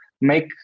make